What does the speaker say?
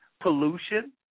Pollution